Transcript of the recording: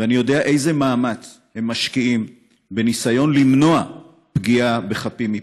ואני יודע איזה מאמץ הם משקיעים בניסיון למנוע פגיעה בחפים מפשע.